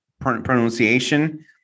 pronunciation